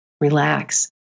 relax